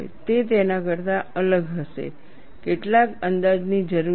તે તેના કરતા અલગ હશે કેટલાક અંદાજની જરૂર છે